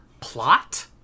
plot